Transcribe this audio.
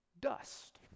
dust